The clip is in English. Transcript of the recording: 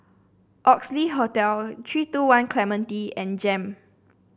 Oxley Hotel three two One Clementi and JEM